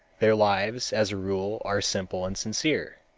their lives as a rule are simple and sincere.